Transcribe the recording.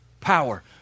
power